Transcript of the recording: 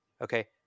Okay